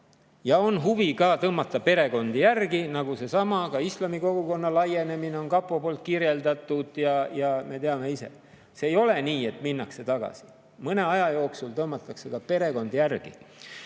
on huvi ka tõmmata perekondi järgi, nagu on sedasama islami kogukonna laienemist kapo kirjeldanud. Me teame, et ei ole nii, et minnakse tagasi, mõne aja jooksul tõmmatakse ka perekond järgi. Ja